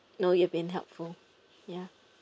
no you've been helpful ya